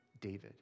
David